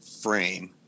frame